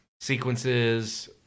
sequences